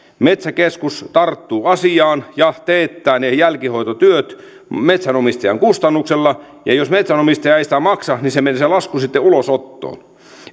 metsäkeskus tarttuu asiaan ja teettää ne jälkihoitotyöt metsänomistajan kustannuksella ja jos metsänomistaja ei sitä maksa niin se lasku menee sitten ulosottoon